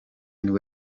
nibwo